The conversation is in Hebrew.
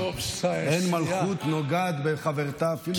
"אין מלכות נוגעת בחברתה אפילו".